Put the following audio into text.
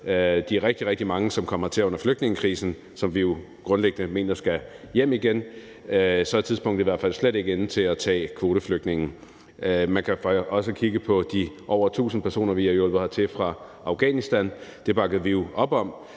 rigtig mange, som kom hertil under flygtningekrisen, og som vi jo grundlæggende mener skal hjem igen, så er tidspunktet i hvert fald slet ikke inde til at tage kvoteflygtninge. Man kan også kigge på de over tusind personer, vi har hjulpet hertil fra Afghanistan. Det bakkede vi jo op om,